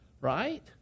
right